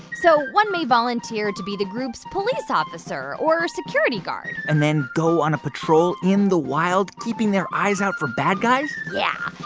so one may volunteer to be the group's police officer or security guard and then go on a patrol in the wild, keeping their eyes out for bad guys? yeah.